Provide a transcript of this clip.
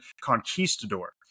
Conquistador